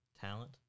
talent